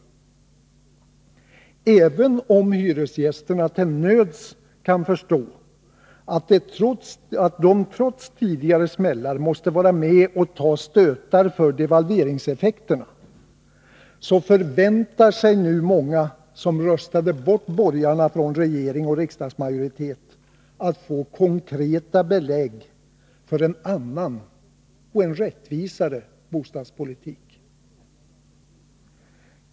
15 november 1982 Även om hyresgästerna till nöds kan förstå att de trots tidigare smällar måste vara med och ta stötar för devalveringseffekterna, så förväntar sig nu många som röstade bort borgarna från regering och riksdagsmajoritet att få konkreta belägg för en annan och en rättvisare bostadspolitik.